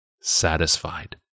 satisfied